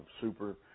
super